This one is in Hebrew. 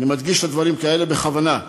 אני מדגיש את הדברים האלה בכוונה,